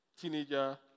teenager